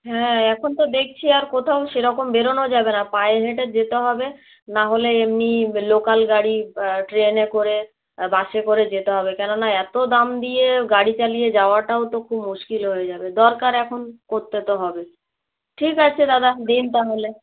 হ্যাঁ এখন তো দেখছি আর কোথাও সেরকম বেরোনো যাবে না পায়ে হেঁটে যেতে হবে না হলে এমনিই লোকাল গাড়ি ট্রেনে করে বাসে করে যেতে হবে কেননা এত দাম দিয়ে গাড়ি চালিয়ে যাওয়াটাও তো খুব মুশকিল হয়ে যাবে দরকার এখন করতে তো হবে ঠিক আছে দাদা দিন তাহলে